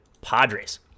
Padres